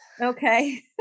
Okay